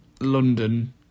London